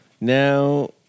Now